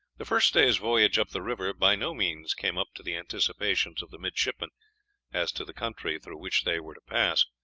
the first day's voyage up the river by no means came up to the anticipations of the midshipmen as to the country through which they were to pass.